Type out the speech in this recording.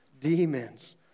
demons